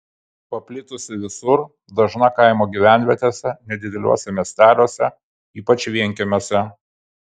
paplitusi visur dažna kaimo gyvenvietėse nedideliuose miesteliuose ypač vienkiemiuose